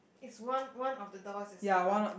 it's one one of the doors is open